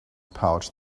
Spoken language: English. pouch